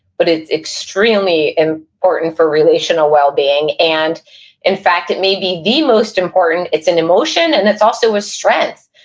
but it's extremely important for relational well being, and in fact, it may be the most important. it's an emotion, and it's also a strength.